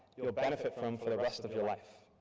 you'll benefit from for the rest of your life.